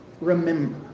remember